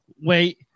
wait